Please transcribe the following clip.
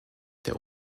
der